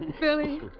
Billy